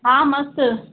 हा मस्तु